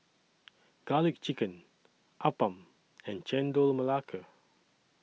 Garlic Chicken Appam and Chendol Melaka